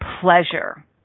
pleasure